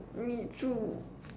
me too uh